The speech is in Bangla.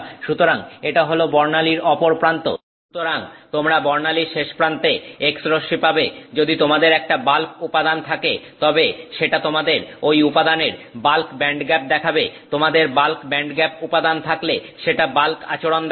সুতরাং এটা হল বর্ণালীর অপরপ্রান্ত সুতরাং তোমরা বর্ণালীর শেষপ্রান্তে X রশ্মি পাবে যদি তোমাদের একটা বাল্ক উপাদান থাকে তবে সেটা তোমাদের ঐ উপাদানের বাল্ক ব্যান্ডগ্যাপ দেখাবে তোমাদের বাল্ক ব্যান্ডগ্যাপ উপাদান থাকলে সেটা বাল্ক আচরন দেখাবে